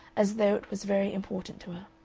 as though was very important to her.